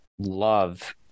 love